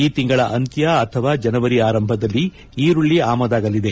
ಈ ತಿಂಗಳ ಅಂತ್ಲ ಅಥವಾ ಜನವರಿ ಆರಂಭದಲ್ಲಿ ಈರುಳ್ಳ ಆಮದಾಗಲಿದೆ